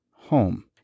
home